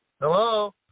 Hello